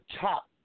top